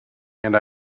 and